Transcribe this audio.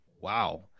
Wow